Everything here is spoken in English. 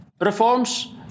reforms